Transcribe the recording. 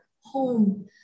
home